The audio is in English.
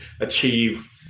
achieve